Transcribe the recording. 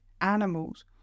animals